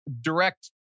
direct